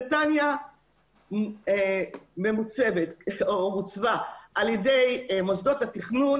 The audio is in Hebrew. נתניה ממוצבת או הצבה על ידי מוסדות התכנון